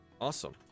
Awesome